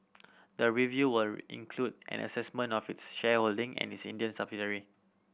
the review will include an assessment of its shareholding in its Indian subsidiary